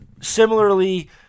similarly